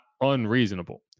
unreasonable